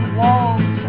walls